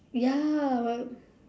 ya